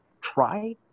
try